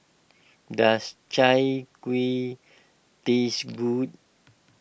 does Chai Kueh taste good